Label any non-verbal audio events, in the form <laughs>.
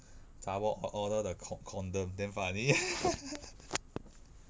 zha bor order the con~ condom damn funny <laughs>